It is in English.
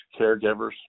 caregivers